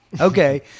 okay